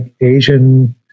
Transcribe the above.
Asian